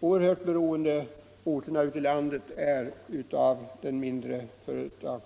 oerhört beroende orterna ute i landet är av de mindre företagen.